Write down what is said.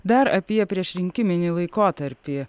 dar apie priešrinkiminį laikotarpį